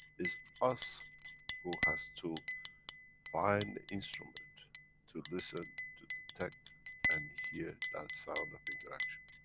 is us who has to find the instrument to listen, to detect and hear that sound of interaction.